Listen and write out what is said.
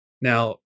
Now